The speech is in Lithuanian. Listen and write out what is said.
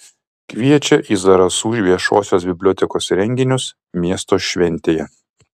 kviečia į zarasų viešosios bibliotekos renginius miesto šventėje